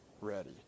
ready